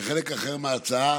וחלק אחר מההצעה